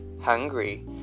hungry